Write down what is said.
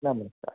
नमस्कार